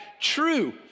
true